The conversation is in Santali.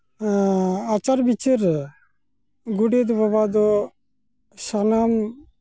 ᱟᱪᱟᱨᱼᱵᱤᱪᱟᱹᱨ ᱨᱮ ᱜᱚᱰᱮᱛ ᱵᱟᱵᱟ ᱫᱚ ᱥᱟᱱᱟᱢ